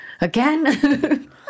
Again